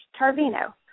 tarvino